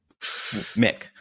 Mick